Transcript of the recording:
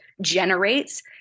generates